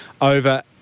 over –